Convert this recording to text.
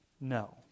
no